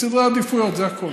יש סדר עדיפויות, זה הכול.